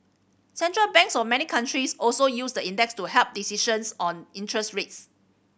Central Banks of many countries also use the index to help decisions on interest rates